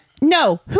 No